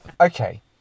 Okay